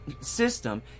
system